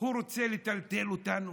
הוא רוצה לטלטל אותנו?